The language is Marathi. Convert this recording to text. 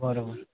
बरोबर